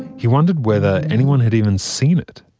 he wondered whether anyone had even seen it.